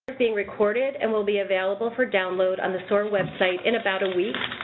being recorded and will be available for download on the soar website in about a week.